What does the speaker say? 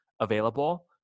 available